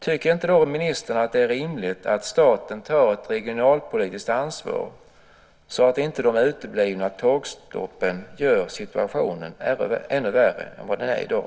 Tycker inte ministern att det är rimligt att staten tar ett regionalpolitiskt ansvar så att inte de uteblivna tågstoppen gör situationen ännu värre än vad den är i dag?